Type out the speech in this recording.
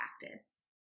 practice